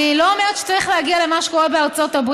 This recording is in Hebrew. אני לא אומרת שצריך להגיע למה שקורה בארצות-הברית,